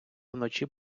вночі